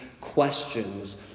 questions